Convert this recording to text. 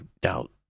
doubt